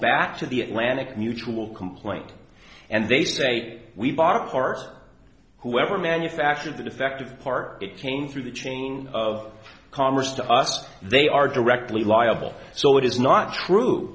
back to the atlantic mutual complaint and they say we bought parts whoever manufactured the defective part it came through the chain of commerce to us they are directly liable so it is not true